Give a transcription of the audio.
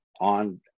on